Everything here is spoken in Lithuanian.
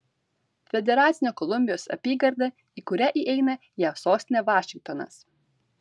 federacinė kolumbijos apygarda į kurią įeina jav sostinė vašingtonas